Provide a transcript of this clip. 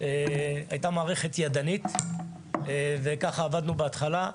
הייתה מערכת ידנית וכך עבדנו בהתחלה.